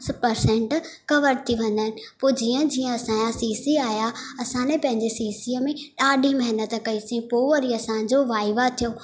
percent cover थी वेंदा पोइ जीअं जीअं असांजा सी सी आया असांने पंहिंजे सीसीअ में ॾाढी महिनतु कईसी पोइ वरी असांजो वाइवा थियो